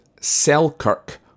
Selkirk